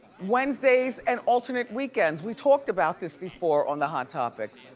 wednesdays and alternate weekends, we talked about this before on the hot topics.